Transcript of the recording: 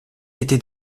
été